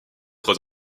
trois